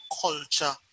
culture